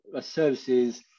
services